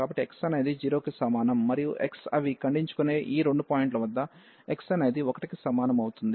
కాబట్టి x అనేది 0 కి సమానం మరియు x అవి ఖండించుకొనే ఈ రెండు పాయింట్ల వద్ద x అనేది 1 కి సమానం అవుతుంది